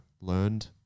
learned